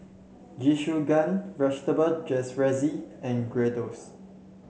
Jingisukan Vegetable Jalfrezi and